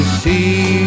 see